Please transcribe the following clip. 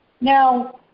Now